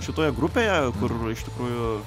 šitoje grupėje kur iš tikrųjų